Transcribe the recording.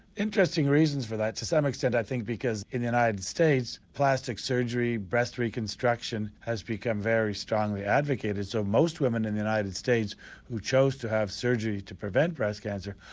interesting reasons for that, to some extent i think because in the united states plastic surgery, breast reconstruction, has become very strongly advocated. so most women in the united states who chose to have surgery to prevent breast cancer,